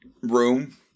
room